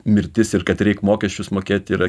mirtis ir kad reik mokesčius mokėt yra